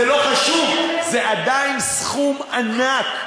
זה לא חשוב, זה עדיין סכום ענק,